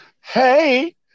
hey